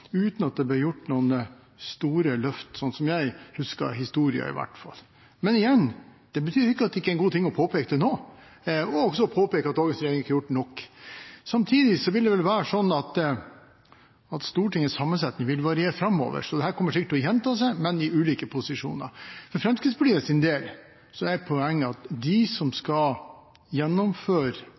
uten at det ble gjort noen store løft, slik jeg husker historien, i hvert fall. Men igjen – det betyr ikke at det ikke er en god ting å påpeke det nå, og også påpeke at dagens regjering ikke har gjort nok. Samtidig vil det vel være slik at Stortingets sammensetning vil variere framover, så dette kommer sikkert til å gjenta seg, men fra ulike posisjoner. For Fremskrittspartiets del er poenget at de som skal gjennomføre